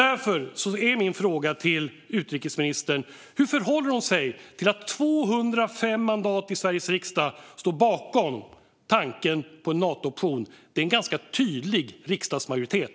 Därför är min fråga till utrikesministern: Hur förhåller hon sig till att 205 mandat i Sveriges riksdag står bakom tanken på en Nato-option? Det är en ganska tydlig riksdagsmajoritet.